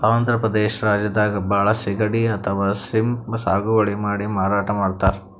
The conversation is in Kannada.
ಆಂಧ್ರ ಪ್ರದೇಶ್ ರಾಜ್ಯದಾಗ್ ಭಾಳ್ ಸಿಗಡಿ ಅಥವಾ ಶ್ರೀಮ್ಪ್ ಸಾಗುವಳಿ ಮಾಡಿ ಮಾರಾಟ್ ಮಾಡ್ತರ್